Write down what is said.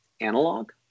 analog